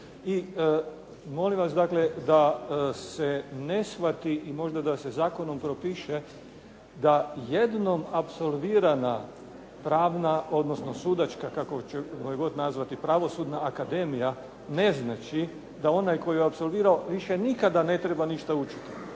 I molim vas dakle da se ne shvati i možda da se zakonom propiše da jednom apsolvirana pravna, odnosno sudačka kako ćemo je god nazvati, Pravosudna akademija ne znači da onaj koji je apsolvirao više nikada ne treba ništa učiti,